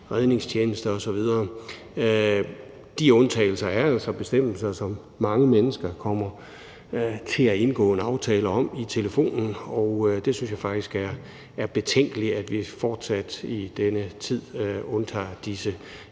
redningstjenester osv. De undtagelser er altså elementer, som mange mennesker kommer til at indgå en aftale om i telefonen, og det synes jeg faktisk er betænkeligt, nemlig at vi fortsat i den her tid undtager disse fire